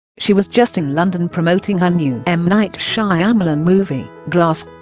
she was just in london promoting her new m. night shyamalan movie, glass.